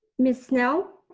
miss snell.